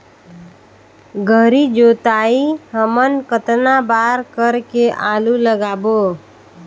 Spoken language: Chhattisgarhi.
गहरी जोताई हमन कतना बार कर के आलू लगाबो?